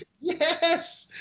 Yes